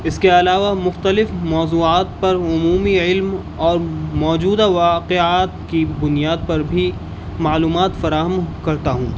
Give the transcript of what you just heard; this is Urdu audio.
اس کے علاوہ مختلف موضوعات پر عمومی علم اور موجودہ واقعات کی بنیاد پر بھی معلومات فراہم کرتا ہوں